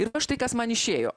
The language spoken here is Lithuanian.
ir va štai kas man išėjo